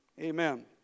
Amen